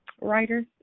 writers